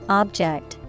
object